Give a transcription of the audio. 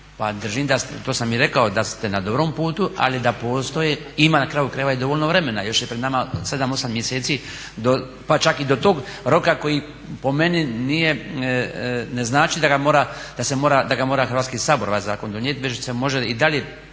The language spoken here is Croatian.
Pa držim, to sam i rekao da ste na dobrom putu ali da postoje, ima na kraju krajeva i dovoljno vremena, još je pred nama 7-8 mjeseci pa čak i do tog roka koji po meni nije, ne znači da ga mora Hrvatski sabor ovaj zakon donijeti već se može i dalje